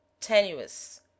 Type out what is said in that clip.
tenuous